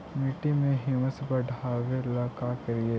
मिट्टियां में ह्यूमस बढ़ाबेला का करिए?